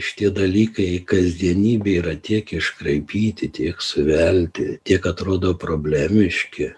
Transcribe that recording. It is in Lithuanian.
šitie dalykai kasdienybėj yra tiek iškraipyti tiek suvelti tiek atrodo problemiški